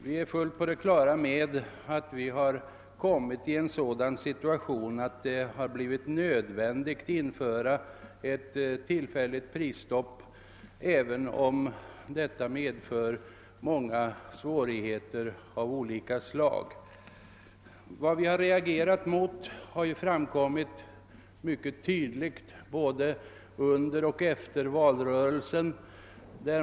Vi är fullt på det klara med att vi har kommit i en sådan situation att det har blivit nödvändigt att införa ett tillfälligt prisstopp, även om detta medför många svårigheter av olika slag. Vad vi har reagerat mot har framkommit mycket tydligt både under och efter valrörelsen.